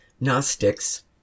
Gnostics